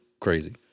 crazy